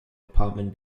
apartment